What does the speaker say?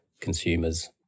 consumers